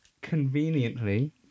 Conveniently